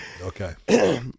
Okay